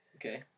Okay